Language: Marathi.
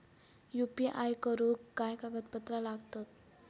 यू.पी.आय करुक काय कागदपत्रा लागतत?